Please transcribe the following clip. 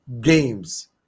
games